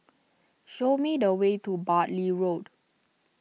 show me the way to Bartley Road